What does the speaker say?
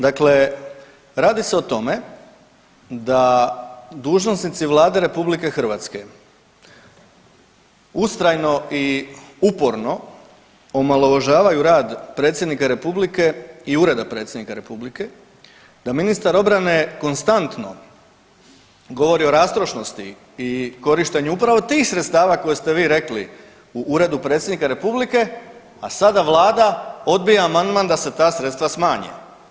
Dakle, radi se o tome da dužnosnici Vlade RH ustrajno i uporno omalovažavaju rad predsjednika Republike i Ureda predsjednika republike, da ministar obrane konstantno govori o rastrošnosti i korištenju upravo tih sredstava koje ste vi rekli u Uredu predsjednika Republike, a sada vlada odbija amandman da se ta sredstva smanje.